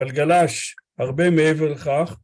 אבל גלש הרבה מעבר לכך.